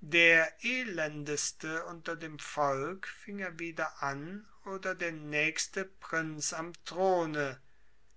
der elendeste unter dem volk fing er wieder an oder der nächste prinz am throne